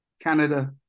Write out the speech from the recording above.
Canada